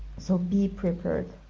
so, be prepared!